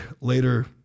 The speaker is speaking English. later